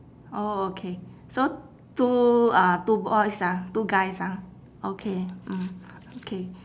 orh okay so two uh two boys ah two guys ah okay mm okay